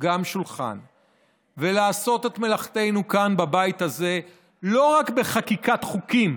שולחן ולעשות את מלאכתנו כאן בבית הזה לא רק בחקיקת חוקים